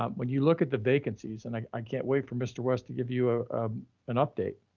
um when you look at the vacancies and i can't wait for mr. west to give you ah ah an update.